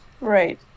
Right